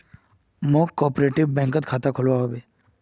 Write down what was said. मौक कॉपरेटिव बैंकत खाता खोलवा हबे